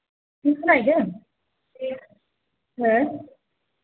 नों खोनाहैदों हो